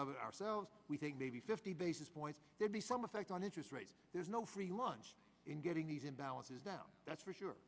it ourselves we think maybe fifty basis points there'd be some effect on interest rates there's no free lunch in getting these imbalances out that's for sure